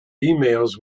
emails